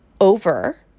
over